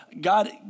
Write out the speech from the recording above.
God